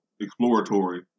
exploratory